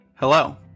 Hello